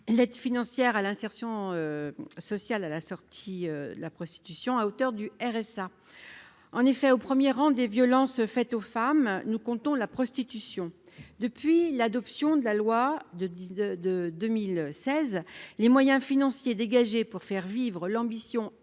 l'aide financière à l'insertion sociale, à la sortie de la prostitution à hauteur du RSA en effet au 1er rang des violences faites aux femmes, nous comptons la prostitution depuis l'adoption de la loi de dix de de 2016, les moyens financiers dégagés pour faire vivre l'ambition